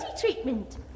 treatment